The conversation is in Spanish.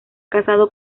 casado